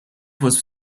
was